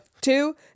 Two